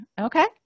Okay